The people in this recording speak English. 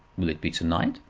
will it be to-night?